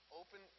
open